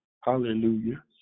Hallelujah